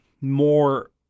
more